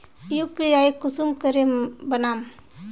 UPI कुंसम करे बनाम?